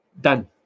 Done